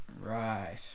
Right